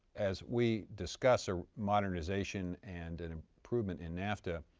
as we discuss a modernization and and improvement in nafta,